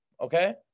Okay